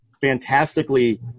fantastically